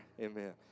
amen